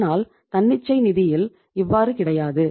ஆனால் தன்னிச்சை நிதியில் இவ்வாறு கிடையாது